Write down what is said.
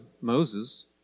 Moses